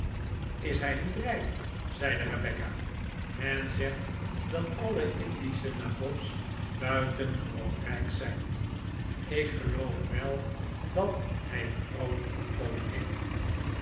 is hij niet rijk zeide rebecca men zegt dat alle indische nabobs buitengewoon rijk zijn ik geloof wel dat hij een groot inkomen heeft